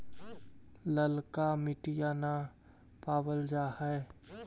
ललका मिटीया न पाबल जा है?